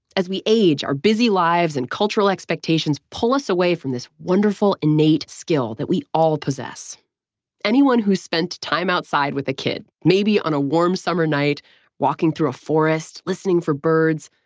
as we age, our busy lives and cultural expectations pull us away from this wonderful, innate skill that we all possess anyone who has spent time outside with a kid maybe on a warm summer night, or walking through a forest, listening for birds,